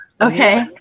Okay